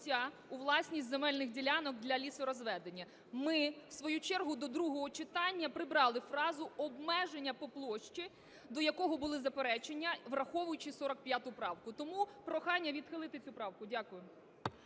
у власність земельних ділянок для лісорозведення. Ми в свою чергу до другого читання прибрали фразу "обмеження по площі", до якого були заперечення, враховуючи 45 правку. Тому прохання відхилити цю правку. Дякую.